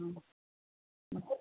ಹಾಂ ಮತ್ತು